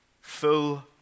full